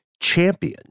champion